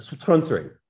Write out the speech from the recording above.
transferring